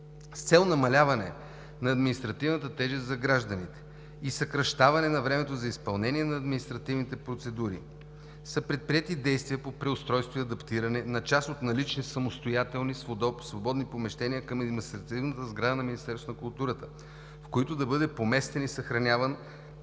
С цел намаляване на административната тежест за гражданите и съкращаване на времето за изпълнение на административните процедури са предприети действия по преустройство и адаптиране на част от налични самостоятелни свободни помещения към административната сграда на Министерството на културата, в които да бъде поместен и съхраняван